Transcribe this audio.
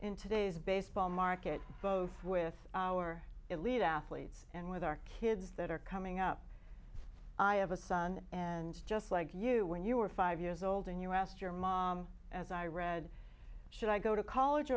in today's baseball market both with our elite athletes and with our kids that are coming up i have a son and just like you when you were five years old and you asked your mom as i read should i go to college